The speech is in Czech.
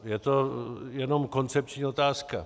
Je to jenom koncepční otázka.